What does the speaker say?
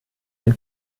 ein